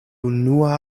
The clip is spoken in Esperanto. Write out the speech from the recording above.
unua